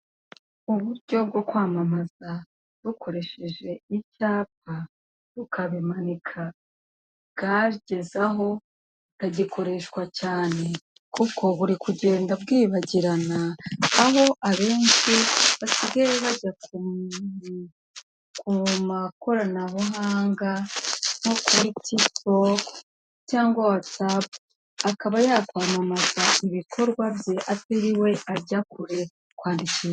Uburyo bwo kwamamaza bukoresheje icyapa bukabimanika bwageze aho butagikoreshwa cyane kuko buri kugenda bwibagirana aho abenshi basigaye bajya ku ku makoranabuhanga nko kuri tikitoke cyangwa watsapu, akaba yakwamamaza ibikorwa bye atiriwe ajya kwandika.